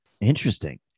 Interesting